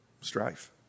strife